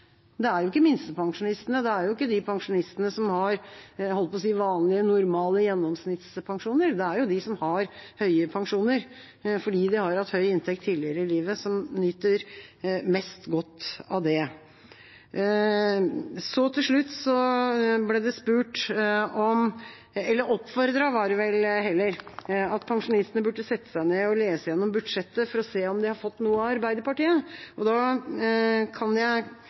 det er jo pensjonistene med høye inntekter, det er ikke minstepensjonistene. Det er ikke de pensjonistene som har vanlige, normale gjennomsnittspensjoner, det er de som har høye pensjoner fordi de har hatt høy inntekt tidligere i livet, som nyter mest godt av det. Så, til slutt, ble det oppfordret til at pensjonistene burde sette seg ned og lese igjennom budsjettet for å se om de har fått noe av Arbeiderpartiet. Da kan jeg